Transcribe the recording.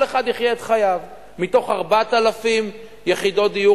כל אחד יחיה את חייו.